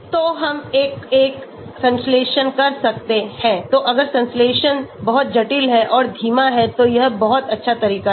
तो हम एक एक संश्लेषण कर सकते हैं तो अगर संश्लेषण बहुत जटिल है और धीमा है तो यह बहुत अच्छा तरीका है